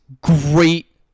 great